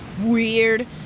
Weird